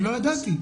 לא ידעתי.